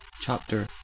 chapter